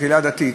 הקהילה הדתית,